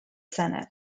senate